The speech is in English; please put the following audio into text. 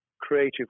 creative